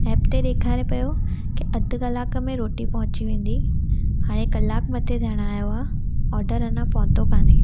app ते ॾेखारे पियो कि अधु कलाक में रोटी पहुची वेंदी हाणे कलाकु मथे थियणु आयो आहे ऑडर अञा पहुतो काने